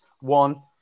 one